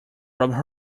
rubbed